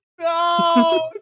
No